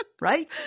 right